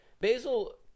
Basil